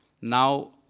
Now